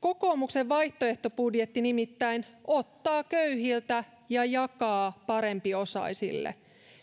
kokoomuksen vaihtoehtobudjetti nimittäin ottaa köyhiltä ja jakaa parempiosaisille